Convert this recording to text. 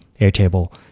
Airtable